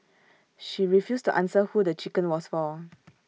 she refused to answer who the chicken was for